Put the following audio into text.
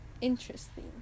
interesting